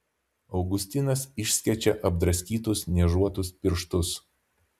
augustinas išskečia apdraskytus niežuotus pirštus